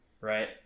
right